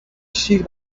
شیر